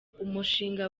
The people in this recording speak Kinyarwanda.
umushinga